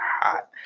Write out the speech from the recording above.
hot